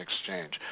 exchange